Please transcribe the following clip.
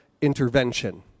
intervention